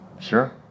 Sure